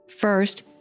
First